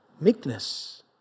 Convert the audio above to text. Meekness